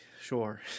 sure